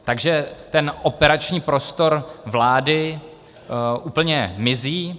Takže operační prostor vlády úplně mizí.